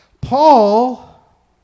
Paul